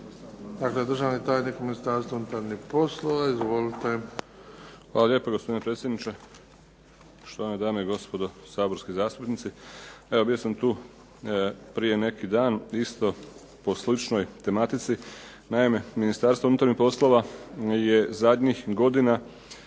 dakle državni tajnik u Ministarstvu unutarnjih poslova. Izvolite. **Buconjić, Ivica (HDZ)** Hvala lijepo, gospodine predsjedniče. Štovane dame i gospodo saborski zastupnici. Evo bio sam tu prije neki dan isto po sličnoj tematici. Naime, Ministarstvo unutarnjih poslova je zadnjih godina